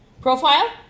profile